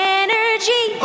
energy